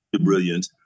brilliant